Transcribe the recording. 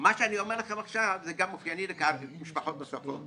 מה שאני אומר לכם עכשיו זה גם אופייני למשפחות נוספות,